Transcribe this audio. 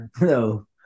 No